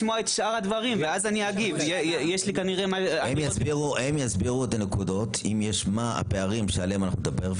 הם יסבירו את הנקודות אם יש מה הפערים שעליהם אנחנו מדבר,